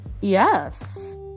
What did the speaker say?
yes